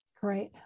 great